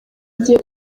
agiye